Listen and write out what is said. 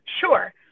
sure